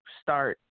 start